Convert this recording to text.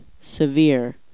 Severe